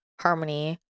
Harmony